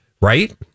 Right